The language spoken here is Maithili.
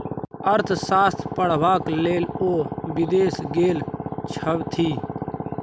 अर्थशास्त्र पढ़बाक लेल ओ विदेश गेल छथि